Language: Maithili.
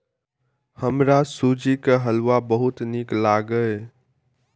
हमरा सूजी के हलुआ बहुत नीक लागैए